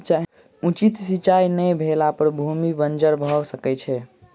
उचित सिचाई नै भेला पर भूमि बंजर भअ सकै छै